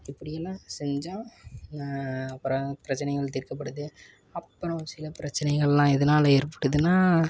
இப்படியெல்லாம் செஞ்சால் அப்புறம் பிரச்சனைகள் தீர்க்கப்படுது அப்புறம் சில பிரச்சனைகள்லாம் எதனால் ஏற்படுதுன்னால்